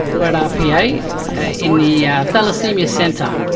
we're at rpa in the yeah thalassemia centre.